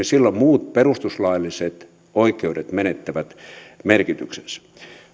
silloin muut perustuslailliset oikeudet menettävät merkityksensä